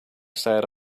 side